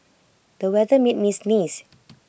the weather made me sneeze